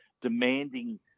demanding